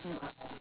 mm